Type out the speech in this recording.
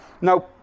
now